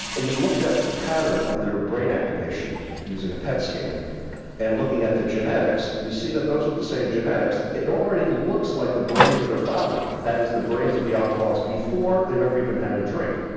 and you looked at the pattern of their brain activation using a pet scan and looking at the genetics and you see that those with the same genetics it already looks like the brains of the fathers, that is the brains of the alcoholics before they've ever even had a drink.